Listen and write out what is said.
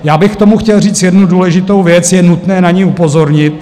Já bych k tomu chtěl říct jednu důležitou věc, je nutné na ni upozornit.